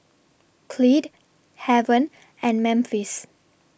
Clyde Haven and Memphis